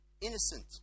innocent